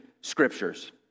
scriptures